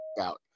out